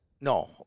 No